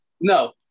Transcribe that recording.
No